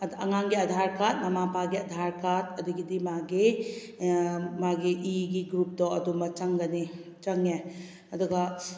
ꯑꯉꯥꯡꯒꯤ ꯑꯥꯗꯥꯔ ꯀꯥꯔꯗ ꯑꯃ ꯃꯄꯥꯒꯤ ꯑꯥꯗꯥꯔ ꯀꯥꯔꯗ ꯑꯗꯒꯤꯗꯤ ꯃꯥꯒꯤ ꯃꯥꯒꯤ ꯏꯒꯤ ꯒ꯭ꯔꯨꯞꯇꯣ ꯑꯗꯨꯃ ꯆꯪꯒꯅꯤ ꯆꯪꯉꯦ ꯑꯗꯨꯒ